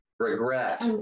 regret